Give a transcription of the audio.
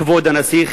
כבוד הנסיך